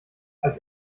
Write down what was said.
als